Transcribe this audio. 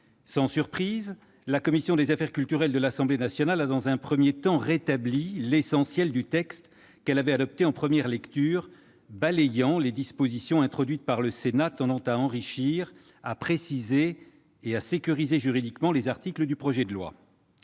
Sans surprise, la commission des affaires culturelles de l'Assemblée nationale a, dans un premier temps, rétabli l'essentiel du texte qu'elle avait adopté en première lecture, balayant les dispositions introduites par le Sénat tendant à enrichir, à préciser et à sécuriser juridiquement les articles du projet de loi.